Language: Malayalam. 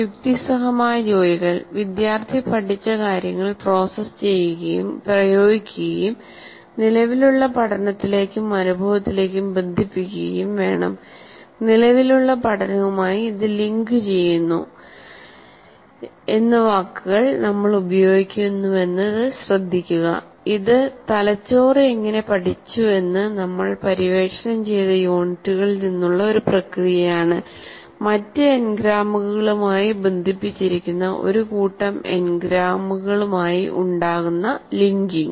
യുക്തിസഹമായ ജോലികൾ വിദ്യാർത്ഥി പഠിച്ച കാര്യങ്ങൾ പ്രോസസ്സ് ചെയ്യുകയും പ്രയോഗിക്കുകയും നിലവിലുള്ള പഠനത്തിലേക്കും അനുഭവത്തിലേക്കും ബന്ധിപ്പിക്കുകയും വേണം നിലവിലുള്ള പഠനവുമായി ഇത് ലിങ്കുചെയ്യുന്നു എന്ന വാക്കുകൾ നമ്മൾ ഉപയോഗിക്കുന്നുവെന്നത് ശ്രദ്ധിക്കുകഇത് തലച്ചോറ് എങ്ങനെ പഠിച്ചുവെന്ന് നമ്മൾ പര്യവേക്ഷണം ചെയ്ത യൂണിറ്റുകളിൽ നിന്നുള്ള ഒരു പ്രക്രിയയാണ് മറ്റ് എൻഗ്രാമുകളുമായി ബന്ധിപ്പിച്ചിരിക്കുന്ന ഒരു കൂട്ടം എൻഗ്രാമുകളുമായി ഉണ്ടാകുന്ന ലിങ്കിംഗ്